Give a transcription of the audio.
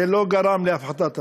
זה לא גרם להפחתת הפשיעה.